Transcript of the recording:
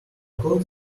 cough